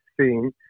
seen